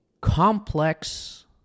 complex